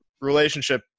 relationship